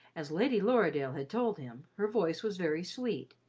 as lady lorridaile had told him, her voice was very sweet,